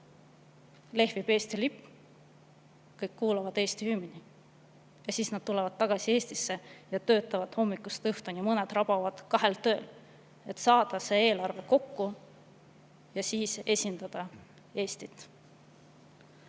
Lehvib Eesti lipp, kõik kuulavad Eesti hümni. Ja siis nad tulevad tagasi Eestisse ja töötavad hommikust õhtuni, mõned rabavad kahel töökohal, et eelarve kokku saada ja siis esindada Eestit. Eesti